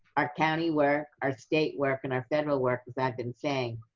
our county work, our state work, and our federal work, as i've been saying.